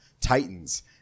Titans